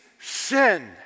sin